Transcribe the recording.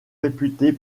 réputés